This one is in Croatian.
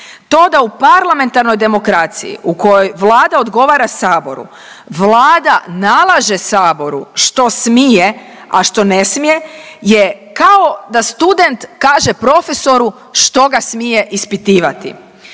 To da u parlamentarnoj demokraciji u kojoj Vlada odgovora saboru, Vlada nalaže saboru što smije, a što ne smije je kao da student kaže profesoru što ga smije ispitivati